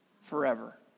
Forever